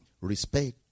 Respect